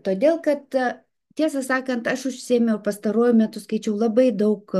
todėl kad tiesą sakant aš užsiėmiau pastaruoju metu skaičiau labai daug